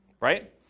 right